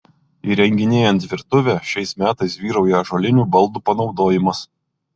įrenginėjant virtuvę šiais metais vyrauja ąžuolinių baldų panaudojimas